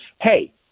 Hey